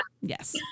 Yes